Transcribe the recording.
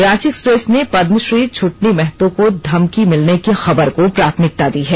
Ranchi express ने पदमश्री छटनी महतो को धमकी मिलने की खबर को प्राथमिकता दी है